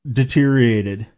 deteriorated